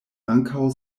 ankaŭ